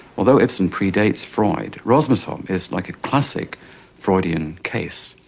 although ibsen predates freud, rosmersholm is like a classic freudian case.